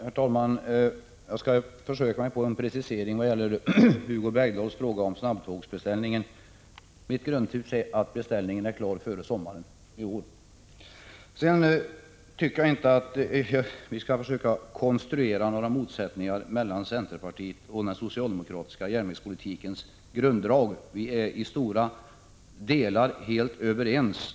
Herr talman! Jag skall försöka ge en precisering när det gäller Hugo Bergdahls fråga om snabbtågsbeställningen. Mitt grundtips är att beställningen är klar före sommaren i år. Jag tycker inte att vi skall försöka konstruera några motsättningar mellan centerpartiet och socialdemokraterna när det gäller järnvägspolitikens grunddrag. Vi är i stora delar helt överens.